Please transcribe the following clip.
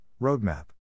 roadmap